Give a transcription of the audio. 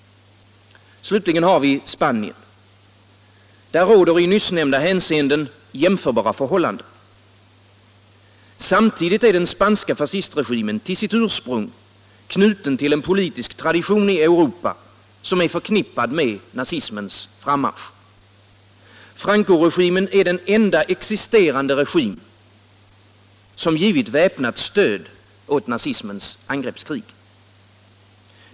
Slutligen har vi Spanien. Där råder i nyssnämnda hänseenden jämförbara förhållanden. Samtidigt är den spanska fascistregimen till sitt ursprung knuten till en politisk tradition i Europa, förknippad med nazismens frammarsch. Francoregimen är den enda existerande regim som givit väpnat stöd åt nazismens angreppskrig.